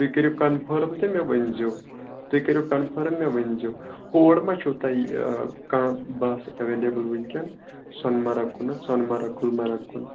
تُہۍ کٔرِو کَنفٲرٕم تہٕ مےٚ ؤنۍزیو تُہۍ کٔرِو کَنفٲرٕم مےٚ ؤنۍزیو ہور مہ چھُو تۄہہِ یہِ کانٛہہ بَس اٮ۪وٮ۪لیبٕل وٕنۍکٮ۪ن سۄنہٕ مرٕگ کُنَتھ سۄنہٕ مرٕگ گُلمرگ کُن